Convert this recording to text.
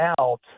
out